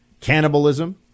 cannibalism